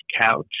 couch